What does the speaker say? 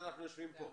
לכן אנחנו יושבים כאן.